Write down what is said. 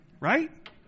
Right